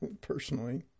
personally